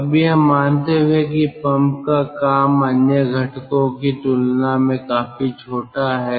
अब यह मानते हुए कि पंप का काम अन्य घटको की तुलना में काफी छोटा है